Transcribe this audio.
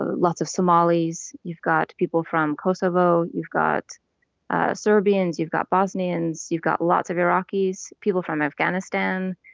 ah lots of somalis. you've got people from kosovo. you've got serbians. you've got bosnians. you've got lots of iraqis, people from afghanistan,